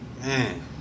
Man